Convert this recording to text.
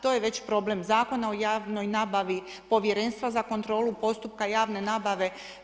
To je već problem Zakona o javnoj nabavi, Povjerenstva za kontrolu postupka javne nabave.